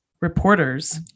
reporters